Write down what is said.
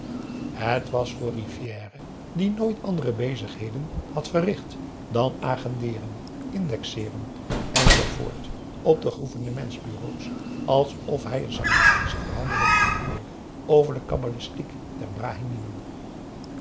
het was voor rivière die nooit andere bezigheden had verricht dan agendeeren indexeeren en zoo voort op de gouvernementsbureaux alsof hij een sanskritsche verhandeling aanhoorde over de kabbalistiek der